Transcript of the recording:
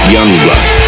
Youngblood